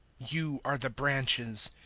you are the branches.